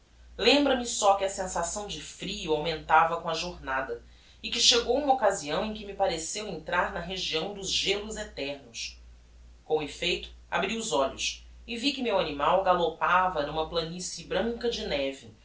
lembra-me só que a sensação de frio augmentava com a jornada e que chegou uma occasião em que me pareceu entrar na região dos gelos eternos com effeito abri os olhos e vi que o meu animal galopava n'uma planicie branca de neve